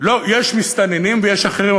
יש מסתננים ויש אחרים,